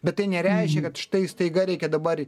bet tai nereiškia kad štai staiga reikia dabar